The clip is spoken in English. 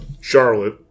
Charlotte